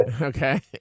okay